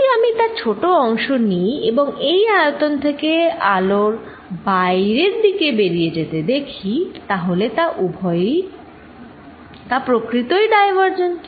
যদি আমি তার একটু ছোট অংশ নিই এবং এই আয়তন থেকে আলোক বাইরের দিকে বেরিয়ে যেতে দেখি তাহলে তা প্রকৃতই ডাইভারজেন্ট